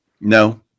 No